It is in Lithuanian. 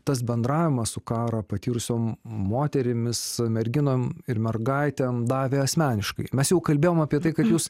tas bendravimas su karo patyrusiom moterimis merginom ir mergaitėm davė asmeniškai mes jau kalbėjom apie tai kad jūs